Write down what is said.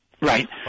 Right